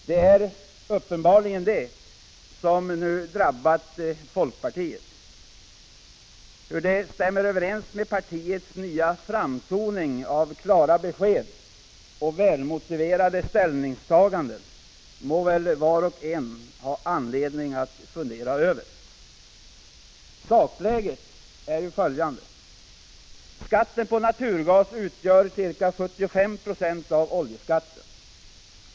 Det är uppenbarligen det som nu drabbat folkpartiet. Hur det stämmer överens med partiets nya framtoning av klara besked och välmotiverade ställningstaganden må väl var och en ha anledning att fundera över. Sakläget är följande. Skatten på naturgas utgör ca 75 96 av oljeskatten.